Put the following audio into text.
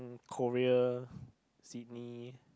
Korea Sydney